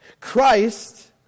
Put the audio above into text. Christ